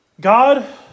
God